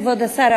כבוד השר,